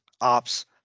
ops